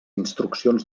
instruccions